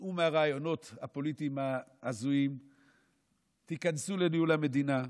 תצאו מהרעיונות הפוליטיים ההזויים ותיכנסו לניהול המדינה.